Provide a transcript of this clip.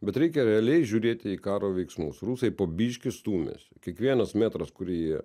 bet reikia realiai žiūrėti į karo veiksmus rusai po biškį stūmėsi kiekvienas metras kurį jie